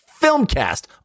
filmcast